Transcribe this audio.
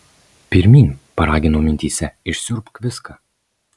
pirmyn paragino mintyse išsiurbk viską